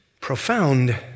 profound